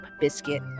biscuit